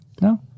No